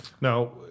Now